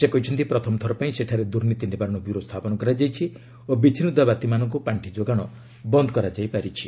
ସେ କହିଛନ୍ତି ପ୍ରଥମ ଥର ପାଇଁ ସେଠାରେ ଦୁର୍ନୀତି ନିବାରଣ ବ୍ୟୁରୋ ସ୍ଥାପନ କରାଯାଇଛି ଓ ବିଚ୍ଛିନ୍ନତାବାଦୀମାନଙ୍କୁ ପାଣ୍ଠି ଯୋଗାଣ ବନ୍ଦ କରାଯାଇ ପାରିଛି